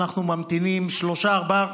אנחנו ממתינים שלושה-ארבעה,